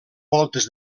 voltes